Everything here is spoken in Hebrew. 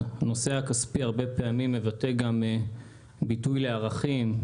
הנושא הכספי הרבה פעמים הוא גם ביטוי לערכים,